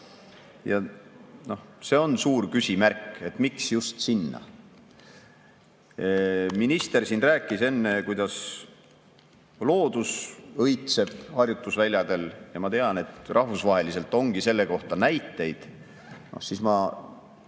See on suur küsimärk, et miks just sinna. Minister siin rääkis enne, kuidas loodus õitseb harjutusväljadel, ja ma tean, et rahvusvaheliselt ongi selle kohta näiteid. Aga ma